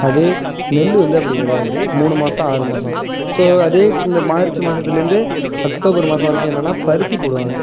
அதே நெல் வந்து அப்படி கிடையாது மூணு மாதம் ஆறு மாதம் ஸோ அதேக்கு இந்த மார்ச் மாதத்துலேருந்தே அக்டோபர் மாதம் வரைக்கும் என்னன்னால் பருத்தி போடுவாங்க